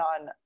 on